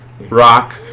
rock